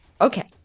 Okay